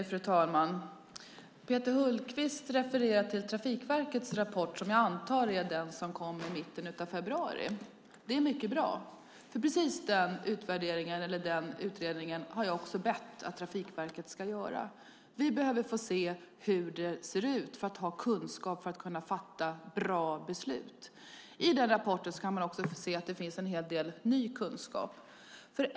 Fru talman! Peter Hultqvist refererar till Trafikverkets rapport, som jag antar är den som kom i mitten av februari. Det är mycket bra, för precis den utvärderingen eller den utredningen har jag bett Trafikverket att göra. Vi behöver få se hur det ser ut för att ha kunskap, för att kunna fatta bra beslut. I den rapporten kan man också se att det finns en hel del ny kunskap.